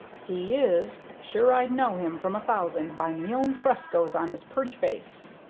he is. sure i'd know him from a thousand by me own frescos on his purty face.